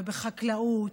ובחקלאות,